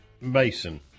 Mason